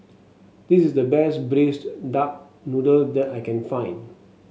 this is the best Braised Duck Noodle that I can find